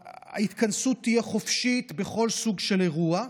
ההתכנסות תהיה חופשית בכל סוג של אירוע,